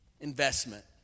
investment